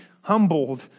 humbled